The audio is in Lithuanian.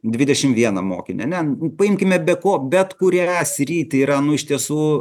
dvidešim vieną mokinį ane paimkime be ko bet kurią sritį yra nu iš tiesų